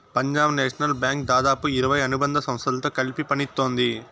Punjab National Bank దాదాపు ఇరవై అనుబంధ సంస్థలతో కలిసి పనిత్తోంది